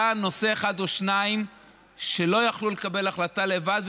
היה נושא אחד או שניים שלא יכלו לקבל החלטה לבד,